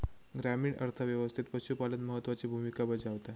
ग्रामीण अर्थ व्यवस्थेत पशुपालन महत्त्वाची भूमिका बजावता